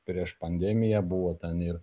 prieš pandemiją buvo ten ir